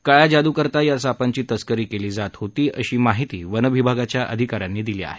काळ्या जादुकरता या सापांची तस्करी केली जात होती अशी माहिती वनविभागाच्या अधिकाऱ्यांनी दिली आहे